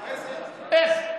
איך?